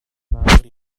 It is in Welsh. mawr